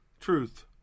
Truth